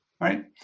Right